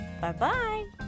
Bye-bye